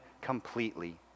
completely